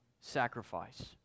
sacrifice